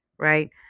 Right